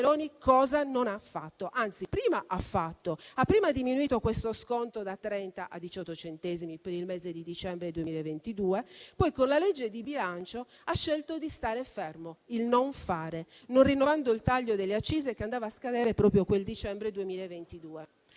Governo Meloni? Anzi, prima ha fatto: prima ha diminuito questo sconto da 30 a 18 centesimi per il mese di dicembre 2022; poi, con la legge di bilancio, ha scelto di stare fermo (il non fare), non rinnovando il taglio delle accise che andava a scadere proprio quel dicembre 2022.